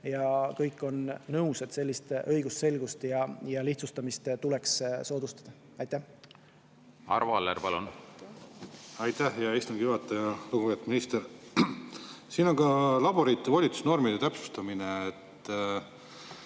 ja kõik on nõus, et sellist õigusselgust ja lihtsustamist tuleks soodustada. Arvo Aller, palun! Aitäh, hea istungi juhataja! Lugupeetud minister! Siin on ka laborite volitusnormide täpsustamine.